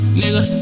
nigga